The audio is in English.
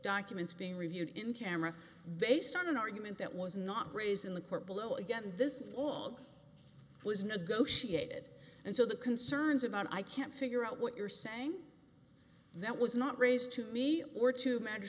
documents being reviewed in camera based on an argument that was not raised in the court below again this was negotiated and so the concerns about i can't figure out what you're saying that was not raised to me or to m